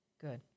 good